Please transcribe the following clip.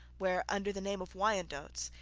where, under the name of wyandots,